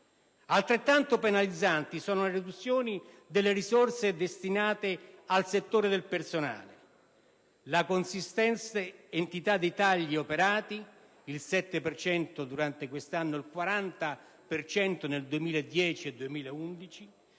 Altrettanto penalizzanti sono le riduzioni delle risorse destinate al settore del personale. La consistente entità dei tagli operati (il 7 per cento nel corrente anno e il 40 per cento nel 2010-2011)